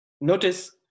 notice